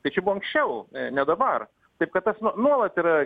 tai čia buvo anksčiau ne dabar taip kad tas nu nuolat yra